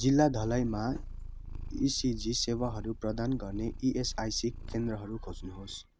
जिल्ला धलाईमा इसिजी सेवाहरू प्रदान गर्ने इएसआइसी केन्द्रहरू खोज्नुहोस्